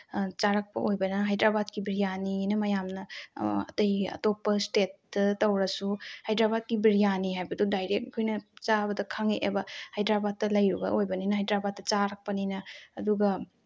ꯆꯥꯔꯛꯄ ꯑꯣꯏꯕꯅꯤꯅ ꯍꯥꯏꯗ꯭ꯔꯕꯥꯠꯀꯤ ꯕꯤꯔꯌꯥꯅꯤꯅ ꯃꯌꯥꯝꯅ ꯑꯇꯩ ꯑꯇꯣꯞꯄ ꯏꯁꯇꯦꯠꯇ ꯇꯧꯔꯁꯨ ꯍꯥꯏꯗ꯭ꯔꯕꯥꯠꯀꯤ ꯕꯤꯔꯌꯥꯅꯤꯗꯣ ꯗꯥꯏꯔꯦꯛ ꯑꯩꯈꯣꯏꯅ ꯆꯥꯕꯗ ꯈꯪꯉꯛꯑꯦꯕ ꯍꯥꯏꯗ꯭ꯔꯕꯥꯠꯇ ꯂꯩꯔꯨꯕ ꯑꯣꯏꯕꯅꯤꯅ ꯍꯥꯏꯗ꯭ꯔꯕꯥꯠꯇ ꯆꯥꯔꯛꯄꯅꯤꯅ ꯑꯗꯨꯒ